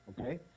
Okay